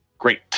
Great